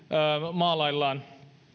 maalaillaan